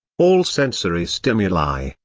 all sensory stimuli,